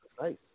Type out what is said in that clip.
Nice